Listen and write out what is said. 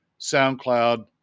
SoundCloud